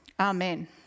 Amen